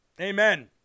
Amen